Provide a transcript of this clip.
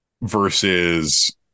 versus